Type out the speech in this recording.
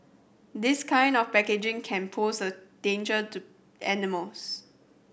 this kind of packaging can pose a danger to animals